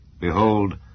Behold